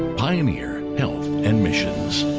pioneer and health and missions